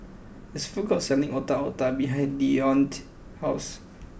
there is a food court selling Otak Otak behind Deonte's house